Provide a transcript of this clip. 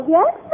Yes